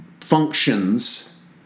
functions